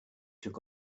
took